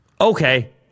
Okay